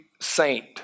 Saint